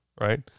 Right